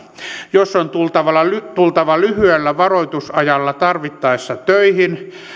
jos on tultava lyhyellä varoitusajalla tarvittaessa töihin